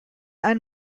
ein